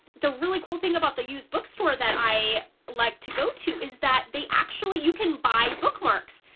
the really cool thing about the used bookstore that i like to go to is that they actually you can buy bookmarks.